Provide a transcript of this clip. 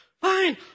fine